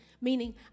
Meaning